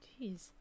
Jeez